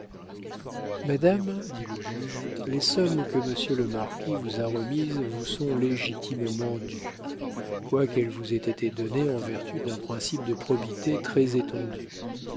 madame dit le juge les sommes que monsieur le marquis vous a remises vous sont légitimement dues quoiqu'elles vous aient été données en vertu d'un principe de probité